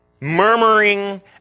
murmuring